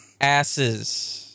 asses